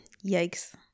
yikes